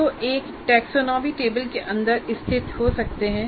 CO एक taxonomy table के अंदर स्थित हो सकते हैं